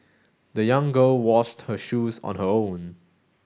the young girl washed her shoes on her own